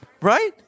right